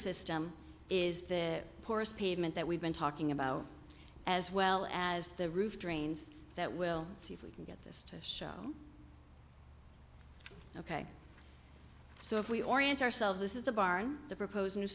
system is the poorest pavement that we've been talking about as well as the roof drains that we'll see if we can get this to show ok so if we orient ourselves this is the barn the propos